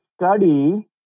study